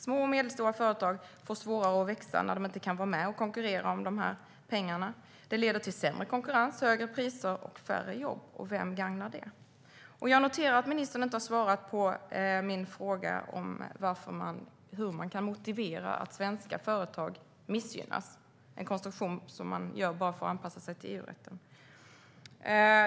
Små och medelstora företag får svårare att växa när de inte kan vara med och konkurrera om pengarna. Det leder till sämre konkurrens, högre priser och färre jobb, och vem gagnar det? Jag noterar att ministern inte har svarat på min fråga hur det kan motiveras att svenska företag missgynnas av en konstruktion som görs bara för att anpassa sig till EU-rätten.